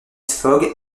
fogg